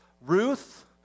Ruth